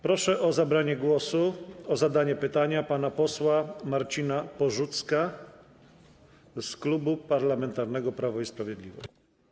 Proszę o zabranie głosu, o zadanie pytania pana posła Marcina Porzucka z Klubu Parlamentarnego Prawo i Sprawiedliwość.